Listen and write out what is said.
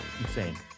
insane